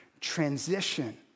transition